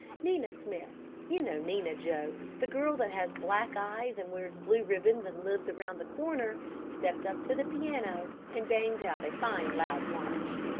nina smith you know nina, joe, the girl that has black eyes and wears blue ribbons, and lives around the corner stepped up to the piano, and banged out a fine loud march.